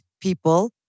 people